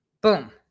Boom